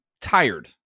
tired